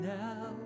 now